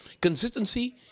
Consistency